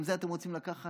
גם את זה אתם רוצים לקחת?